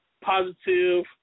Positive